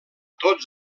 tots